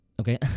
Okay